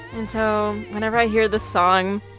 and so whenever i hear this song,